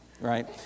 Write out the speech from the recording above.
right